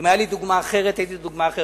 אם היתה לי דוגמה אחרת הייתי נותן דוגמה אחרת.